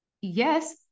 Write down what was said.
Yes